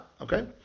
Okay